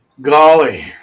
golly